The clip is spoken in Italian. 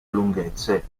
lunghezze